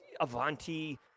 Avanti